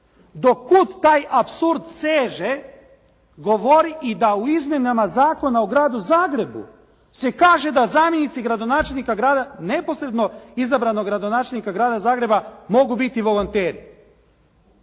Do kud taj apsurd seže govori i da u izmjenama Zakona o gradu Zagrebu se kaže da zamjenici gradonačelnika grada neposredno izabranoga gradonačelnika grada Zagreba mogu biti volonteri.